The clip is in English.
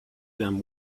them